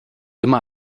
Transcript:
immer